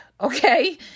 okay